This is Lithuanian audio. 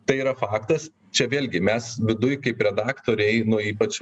tai yra faktas čia vėlgi mes viduj kaip redaktoriai nu ypač